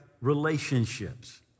relationships